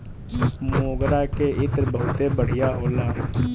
मोगरा के इत्र बहुते बढ़िया होला